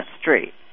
street